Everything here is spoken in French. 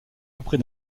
auprès